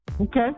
okay